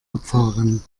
abfahren